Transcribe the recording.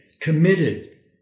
committed